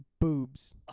boobs